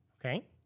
okay